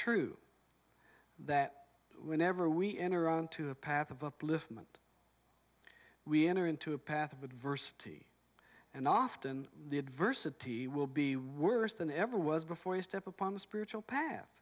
true that whenever we enter onto the path of upliftment we enter into a path of adversity and often the adversity will be worse than ever was before step upon the spiritual path